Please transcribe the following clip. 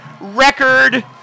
record